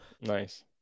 Nice